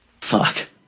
fuck